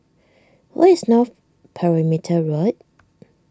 where is North Perimeter Road